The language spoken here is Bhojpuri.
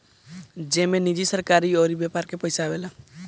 जेमे निजी, सरकारी अउर व्यापार के पइसा आवेला